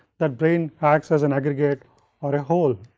that brain acts as an aggregate or a whole.